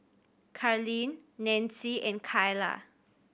Carlene Nancie and Kaila